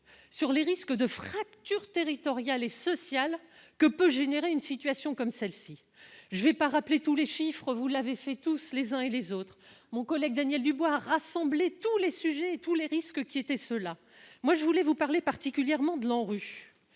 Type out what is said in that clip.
sur les risques de fracture territoriale et sociale que peut générer une situation comme celle-ci, je vais pas rappeler tous les chiffres, vous l'avez fait tous les uns et les autres, mon collègue Daniel Dubois rassembler tous les sujets, tous les risques qui étaient ceux-là, moi je voulais vous parler particulièrement de l'ANRU